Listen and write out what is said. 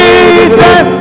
Jesus